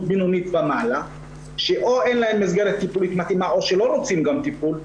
בינונית ומעלה שאין להם מסגרת טיפולית מתאימה או שלא רוצים גם טיפול,